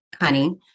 honey